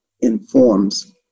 informs